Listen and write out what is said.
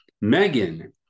Megan